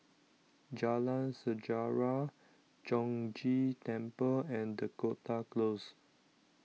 Jalan Sejarah Chong Ghee Temple and Dakota Close